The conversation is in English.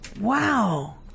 Wow